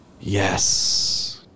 Yes